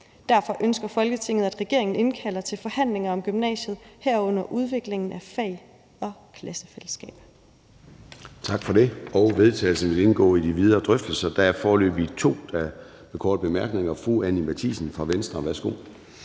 Derfor ønsker Folketinget, at regeringen indkalder til forhandlinger om gymnasiet, herunder udvikling af fag og klassefællesskab.«